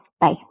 Bye